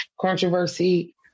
controversy